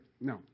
No